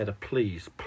please